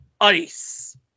ice